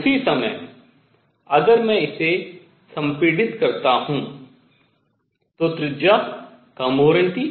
उसी समय अगर मैं इसे संपीड़ित करता तो त्रिज्या कम हो रही थी